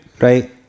Right